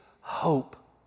hope